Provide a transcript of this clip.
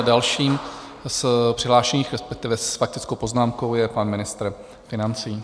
Dalším z přihlášených, respektive s faktickou poznámkou, je pan ministr financí.